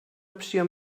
opció